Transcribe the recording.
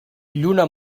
lluna